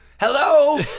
Hello